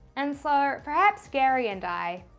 and so, perhaps gary and i.